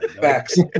Facts